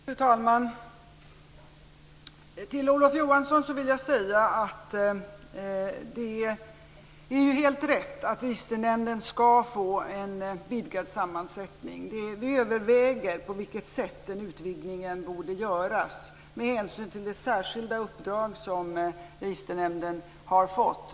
Fru talman! Till Olof Johansson vill jag säga att det är helt rätt att Registernämnden skall få en vidgad sammansättning. Vi överväger på vilket sätt denna utvidgning borde åstadkommas med hänsyn till det särskilda uppdrag som Registernämnden har fått.